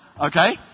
Okay